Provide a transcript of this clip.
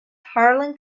harlan